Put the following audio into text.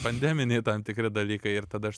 pandeminiai tam tikri dalykai ir tada aš